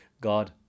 God